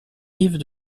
rives